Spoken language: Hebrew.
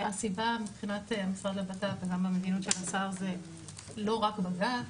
הסיבה מבחינת המשרד לבט"פ וגם המדיניות של השר זה לא רק בג"צ,